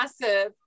massive